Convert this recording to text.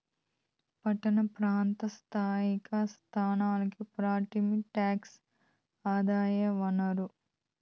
పట్టణ ప్రాంత స్థానిక సంస్థలకి ప్రాపర్టీ టాక్సే ఆదాయ వనరు